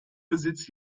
besitzt